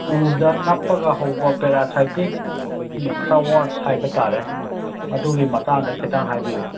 ꯎꯗ ꯅꯞꯄꯒ ꯍꯧꯕ ꯄꯦꯔꯥꯁꯥꯏꯠꯇꯤꯛ ꯐ꯭ꯂꯥꯋꯥꯔꯁ ꯍꯥꯏꯕ ꯇꯥꯔꯦ ꯑꯗꯨꯒꯤ ꯃꯇꯥꯡꯗ ꯈꯤꯇꯪ ꯍꯥꯏꯕꯤꯌꯣ